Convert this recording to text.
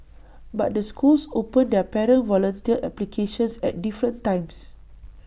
but the schools open their parent volunteer applications at different times